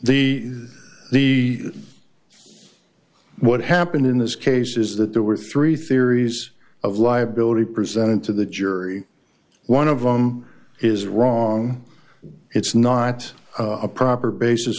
the the what happened in this case is that there were three theories of liability presented to the jury one of them is wrong it's not a proper basis